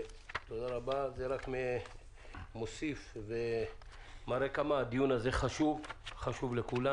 זה רק מוסיף ומראה עד כמה הדיון הזה חשוב לכולנו.